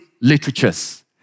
literatures